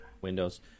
Windows